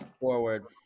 Forward